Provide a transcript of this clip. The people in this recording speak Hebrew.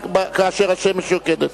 חמאה כאשר השמש יוקדת.